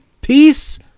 Peace